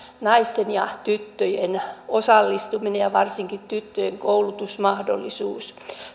naisten ja tyttöjen osallistuminen ja varsinkin tyttöjen koulutusmahdollisuus